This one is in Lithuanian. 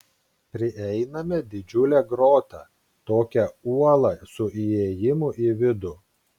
prieiname didžiulę grotą tokią uolą su įėjimu į vidų